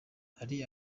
hari